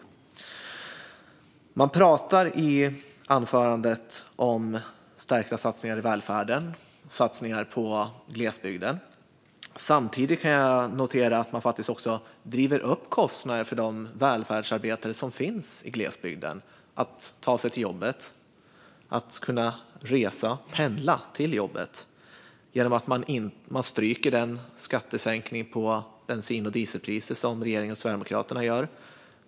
Ledamoten pratade i anförandet om stärkta satsningar på välfärden och glesbygden. Samtidigt noterar jag att man faktiskt driver upp kostnaderna för att ta sig till jobbet för de välfärdsarbetare som bor i glesbygden. Kostnaderna för att pendla till jobbet ökar genom att man stryker den skattesänkning på bensin och dieselpriset som regeringen och Sverigedemokraterna genomför.